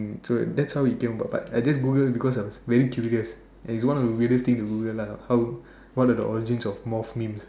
so that's how it came about but I just Google cause I was very curious and it was just one of a weirdest things to Google lah how what are the origins of moth memes